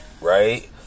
right